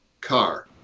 car